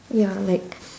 ya like